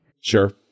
Sure